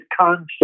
concept